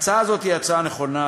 ההצעה הזאת היא הצעה נכונה,